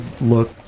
look